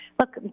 Look